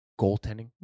Goaltending